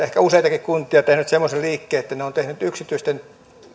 ehkä useatkin kunnat tehneet semmoisen liikkeen että ne ovat tehneet yksityisten